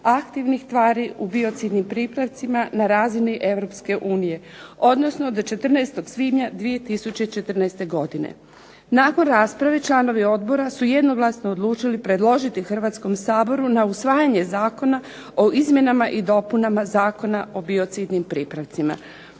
aktivnih tvari u biocidnim pripravcima na razini Europske unije, odnosno do 14. svibnja 2014. godine. Nakon rasprave članovi odbora su jednoglasno odlučili predložiti Hrvatskom saboru na usvajanje zakona o izmjenama i dopunama Zakona o biocidnim pripravcima